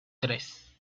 tres